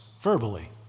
verbally